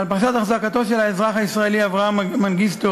על פרשת החזקתו של האזרח אברה מנגיסטו,